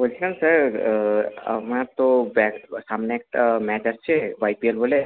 বলছিলাম স্যার আমার তো ব্যাট সামনে একটা ম্যাচ আছে ওয়াইপিএল বলে